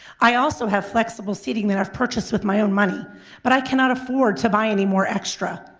i also have flexible seating that i've purchased with my own money but i cannot afford to buy any more extra,